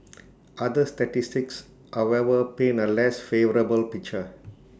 other statistics however paint A less favourable picture